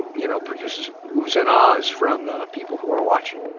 you know, produces oohs and aahs from the people who are watching